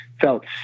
felt